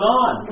on